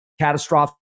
Catastrophic